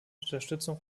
unterstützung